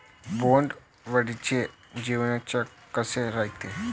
बोंड अळीचं जीवनचक्र कस रायते?